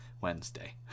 wednesday